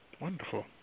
Wonderful